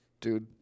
Dude